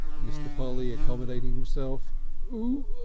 mr. polly, accommodating himself urr-oo!